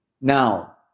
Now